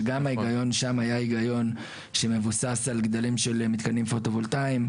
שגם ההיגיון שם היה היגיון שמבוסס על גדלים של מתקנים פוטו-וולטאים.